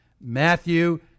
Matthew